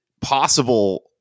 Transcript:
possible